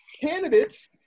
candidates